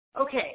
Okay